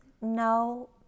no